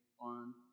on